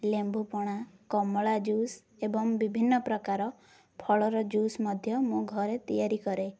ଲେମ୍ବୁପଣା କମଳା ଜୁସ୍ ଏବଂ ବିଭିନ୍ନ ପ୍ରକାର ଫଳର ଜୁସ୍ ମଧ୍ୟ ମୁଁ ଘରେ ତିଆରି କରେ